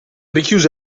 richiuse